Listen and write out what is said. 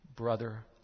Brother